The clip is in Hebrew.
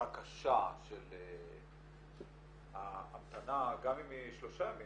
הקשה של ההמתנה גם אם היא שלושה ימים,